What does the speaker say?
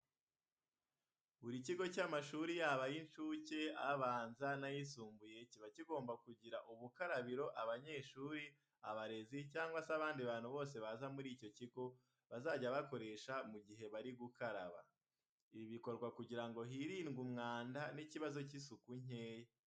Buri kigo cy'amashuri yaba ay'incuke, abanza n'ayisumbuye kiba kigomba kugira ubukarabiro abanyeshuri, abarezi cyangwa se abandi bantu bose baza muri icyo kigo bazajya bakoresha mu gihe bari gukaraba. Ibi bikorwa kugira ngo hirindwe umwanda n'ikibazo cy'isuku nkeya.